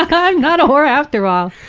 i'm not a whore after all!